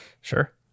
Sure